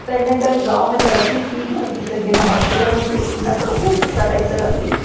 त हिन करे गाम में तरक़ी थी कोन थी सघे न हॉस्पीटल में थिए थी न सड़कूं ठीक सां ठही सघनि थी